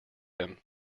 him